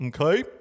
okay